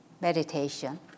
meditation